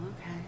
okay